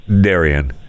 darian